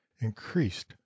increased